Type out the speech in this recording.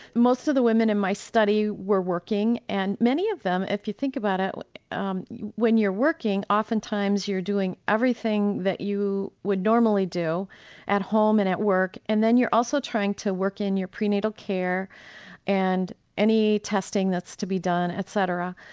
most of the women in my study were working and many of them if you think about it when you're working often times you're doing everything that you would normally do at home and at work. and then you're also trying to work in your prenatal care and any testing that's to be done etc.